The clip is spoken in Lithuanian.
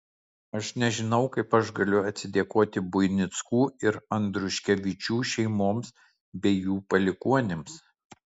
aš nežinau kaip aš galiu atsidėkoti buinickų ir andriuškevičių šeimoms bei jų palikuonims